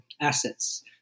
Assets